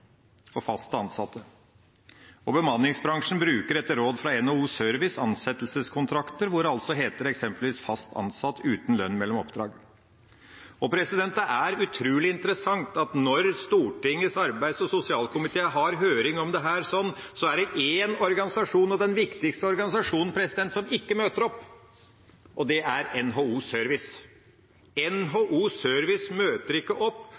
og fast ansatt, og bemanningsbransjen bruker etter råd fra NHO Service ansettelseskontrakter hvor det eksempelvis heter «fast ansatt uten lønn mellom oppdrag». Det er utrolig interessant at da Stortingets arbeids- og sosialkomité hadde høring om dette, var det én organisasjon – og den viktigste organisasjonen – som ikke møtte opp. Det var NHO Service. NHO Service møtte ikke opp